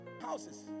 houses